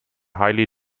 highly